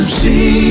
see